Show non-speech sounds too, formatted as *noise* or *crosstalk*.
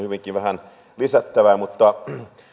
*unintelligible* hyvinkin vähän lisättävää mutta